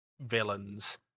villains